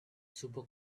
super